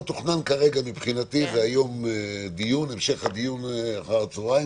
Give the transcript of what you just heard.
הלו"ז המתוכנן כרגע מבחינתי זה היום המשך הדיון אחר הצהריים,